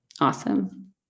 Awesome